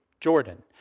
Jordan